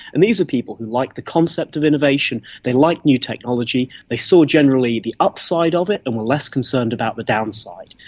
and these are people who like the concept of innovation, they like new technology, they saw generally the upside of it and were less concerned about the downside.